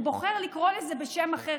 והוא בוחר לקרוא לזה בשם אחר.